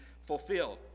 fulfilled